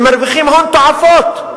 הם מרוויחים הון תועפות,